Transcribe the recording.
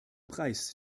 preis